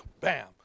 bam